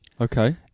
Okay